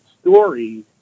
story